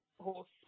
horse